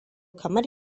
kamar